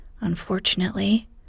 Unfortunately